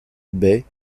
baies